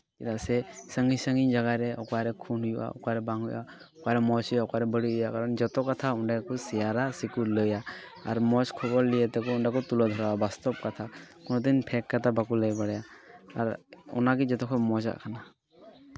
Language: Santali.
ᱪᱮᱫᱟᱜ ᱥᱮ ᱥᱟᱺᱜᱤᱧ ᱥᱟᱺᱜᱤᱧ ᱡᱟᱭᱜᱟ ᱨᱮ ᱚᱠᱟ ᱨᱮ ᱠᱷᱩᱱ ᱦᱩᱭᱩᱜᱼᱟ ᱚᱠᱟ ᱨᱮ ᱵᱟᱝ ᱦᱩᱭᱩᱜᱼᱟ ᱚᱠᱟ ᱨᱮ ᱢᱚᱡᱽ ᱦᱩᱭᱩᱜᱼᱟ ᱚᱠᱟ ᱨᱮ ᱵᱟᱹᱲᱤᱡᱽ ᱦᱩᱭᱩᱜᱼᱟ ᱠᱟᱨᱚᱱ ᱡᱚᱛᱚ ᱠᱟᱛᱷᱟ ᱚᱸᱰᱮ ᱠᱚ ᱥᱮᱭᱟᱨᱟ ᱥᱮᱠᱩ ᱞᱟᱹᱭᱟ ᱟᱨ ᱢᱚᱡᱽ ᱠᱷᱚᱵᱚᱨ ᱞᱤᱭᱮ ᱛᱮᱠᱚ ᱚᱸᱰᱮ ᱠᱚ ᱛᱩᱞᱟᱹᱣ ᱫᱷᱚᱨᱟᱣᱟᱣᱟ ᱵᱟᱥᱛᱚᱵ ᱠᱟᱛᱷᱟ ᱨᱳᱱᱳ ᱫᱤᱱ ᱯᱷᱮᱠ ᱠᱟᱛᱷᱟ ᱵᱟᱠᱚ ᱞᱟᱹᱭ ᱵᱟᱲᱟᱭᱟ ᱟᱨ ᱚᱱᱟ ᱜᱮ ᱡᱚᱛᱚ ᱠᱷᱚᱡ ᱢᱚᱡᱟᱜ ᱠᱟᱱᱟ